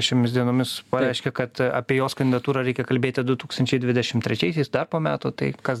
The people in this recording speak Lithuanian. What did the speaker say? šiomis dienomis pareiškė kad apie jos kandidatūrą reikia kalbėti du tūkstančiai dvidešim trečiaisiais dar po metų tai kas